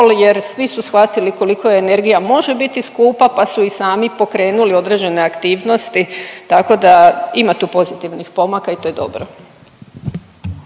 jer svi su shvatili koliko energija može biti skupa pa su i sami pokrenuli određene aktivnosti, tako da ima tu pozitivnih pomaka i to je dobro.